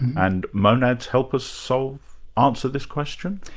and monads help us so ah answer this question?